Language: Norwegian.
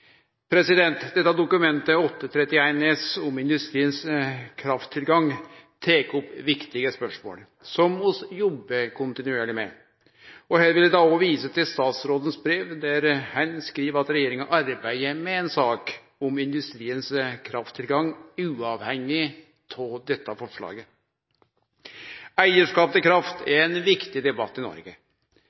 Dette dokumentet, Dokument 8:31 S, om industrien sin krafttilgang tek opp viktige spørsmål som vi jobbar kontinuerleg med. Her vil eg òg vise til statsråden sitt brev, der han skriv at regjeringa arbeidar med ei sak om industrien sin krafttilgang uavhengig av dette forslaget. Eigarskap til kraft er ein viktig debatt i Noreg.